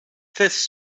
this